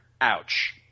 ouch